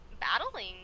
battling